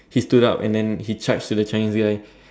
he stood up and then he charged to the Chinese guy